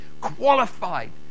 qualified